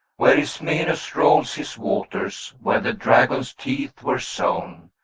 where ismenus rolls his waters, where the dragon's teeth were sown,